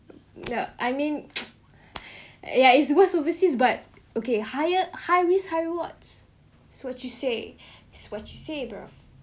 no I mean ya is worse overseas but okay higher high risk high reward so what's you say what's you say bro